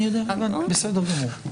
בסדר גמור.